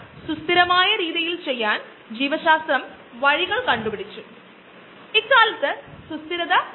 ഒരു ഉചിതമായ രീതിയിൽ നിങ്ങൾക്കറിയാമോ രുചി പോലും ഈ പ്രക്രിയയിൽ ഉചിതമാക്കുന്നത് അത് ചെയ്യുന്ന രീതി കാരണം നിങ്ങൾക്ക് തൈര് കഴിക്കാം